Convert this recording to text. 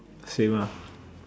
same ah